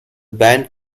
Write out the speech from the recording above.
band